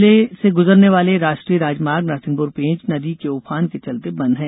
जिले गुजरने बाले राष्ट्रीय राजमार्ग नरसिंहपुर पेंच नदी के उफान के चलते बंद है